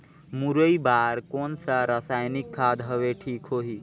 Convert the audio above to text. मुरई बार कोन सा रसायनिक खाद हवे ठीक होही?